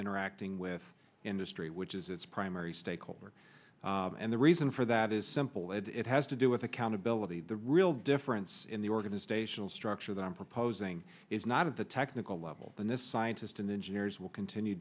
interacting with industry which is its primary stakeholder and the reason for that is simple it has to do with accountability the real difference in the organizational structure that i'm proposing is not at the technical level and this scientist and engineers will continue